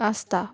आसता